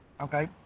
Okay